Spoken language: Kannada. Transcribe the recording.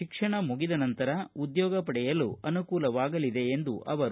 ಶಿಕ್ಷಣ ಮುಗಿದ ನಂತರ ಉದ್ಯೋಗ ಪಡೆಯಲು ಅನುಕೂಲವಾಗಲಿದೆ ಎಂದರು